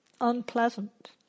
unpleasant